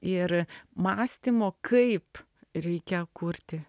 ir mąstymo kaip reikia kurti